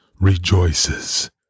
rejoices